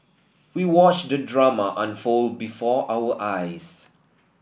we watched the drama unfold before our eyes